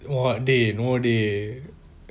!wah! dey no know dey